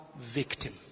victim